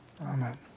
Amen